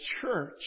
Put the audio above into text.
church